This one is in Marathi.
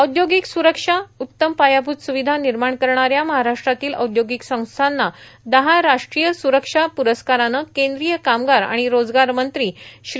औद्योगिक सुरक्षा उत्तम पायाभूत सुविधा निर्माण करणाऱ्या महाराष्ट्रातील औद्योगिक संस्थांना दहा राष्ट्रीय सुरक्षा पुरस्कारानं केंद्रीय कामगार आणि रोजगार मंत्री श्री